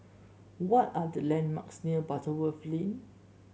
what are the landmarks near Butterworth Lane